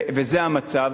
זה המצב,